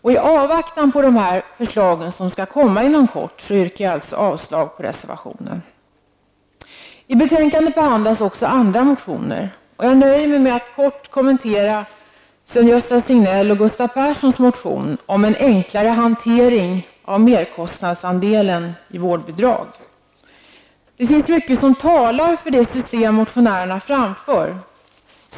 I avvaktan på de förslag som skall komma inom kort yrkar jag avslag på reservationen. I betänkandet behandlas också andra motioner. Jag nöjer mig med att kort kommentera Sven-Gösta Signells och Gustav Perssons motion om en enklare hantering av merkostnadsandelen i vårdbidrag. Det finns mycket som talar för det system motionärerna verkar för.